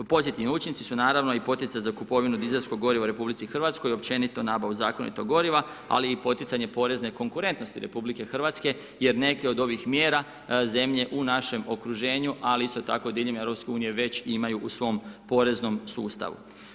Pozitivni učinici su naravno i poticaj za kupinu dizelskog goriva u RH, općenito nabavu zakonitog goriva, ali i poticanje porezne konkurentnosti RH, jer neki od ovih mjera, zemlje u našem okruženju, ali isto tako diljem EU, već imaju u svom poreznom sustavu.